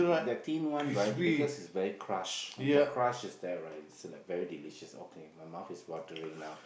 the thin one right because is very crush the crush is there right is like very delicious okay my mouth is watering now